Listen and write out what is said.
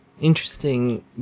interesting